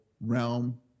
realm